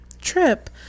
trip